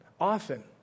often